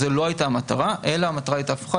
זאת לא הייתה המטרה אלא המטרה הייתה הפוכה,